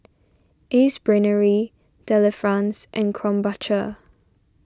Ace Brainery Delifrance and Krombacher